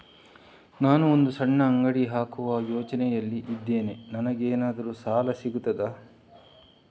ನಾನು ಒಂದು ಸಣ್ಣ ಅಂಗಡಿ ಹಾಕುವ ಯೋಚನೆಯಲ್ಲಿ ಇದ್ದೇನೆ, ನನಗೇನಾದರೂ ಸಾಲ ಸಿಗ್ತದಾ?